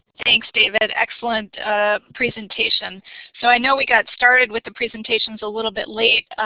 thanks, david. excellent presentation so i know we got started with the presentations a little bit late,